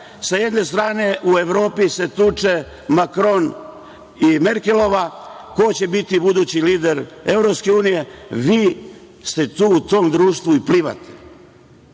sa jedne strane, u Evropi se tuče Makron i Merkelova, ko će biti budući lider Evropske unije, vi ste tu u tom društvu i plivate.